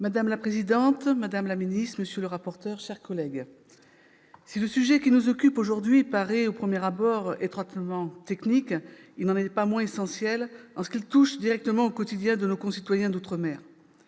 Madame la présidente, madame la garde des sceaux, monsieur le rapporteur, mes chers collègues, si le sujet qui nous occupe aujourd'hui paraît, au premier abord, étroitement technique, il n'en est pas moins essentiel, en ce qu'il touche directement au quotidien de nos concitoyens d'outre-mer.